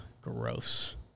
gross